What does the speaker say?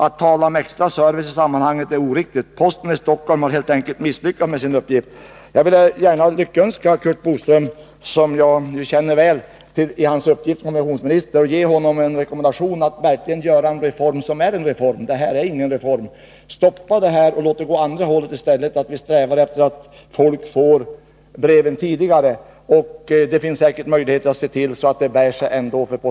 Att tala om extra service i sammanhanget är oriktigt. Posten i Stockholm har helt enkelt misslyckats med sin uppgift. Jag vill gärna önska Curt Boström, som jag känner väl, lycka till i hans uppgift som kommunikationsminister och ge honom den rekommendationen att genomföra en reform som verkligen är en reform. Vad som nu har genomförts är ingen reform. Stoppa detta och låt i stället strävandena gå i motsatt riktning, dvs. så att folk får sina brev tidigare. Det finns säkerligen ändå möjligheter att se till att postverkets verksamhet bär sig.